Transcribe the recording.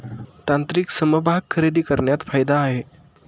तांत्रिक समभाग खरेदी करण्यात फायदा आहे